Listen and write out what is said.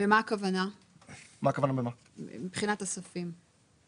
ומה הכוונה מבחינת הספים.